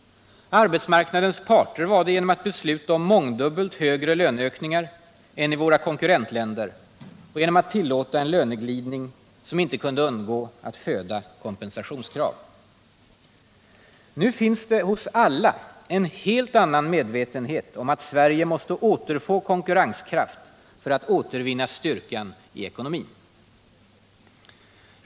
Arbetsmarknadens parter var det genom att besluta om mångdubbelt högre löneökningar än i våra konkurrentländer och genom att tillåta en löneglidning som inte kunde undgå att föda kompensationskrav. Nu finns det hos alla en helt annan medvetenhet om att Sverige måste återfå konkurrenskraft för att återvinna styrkan i ekonomin.